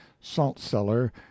salt-cellar